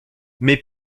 mais